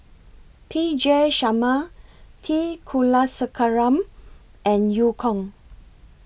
P J Sharma T Kulasekaram and EU Kong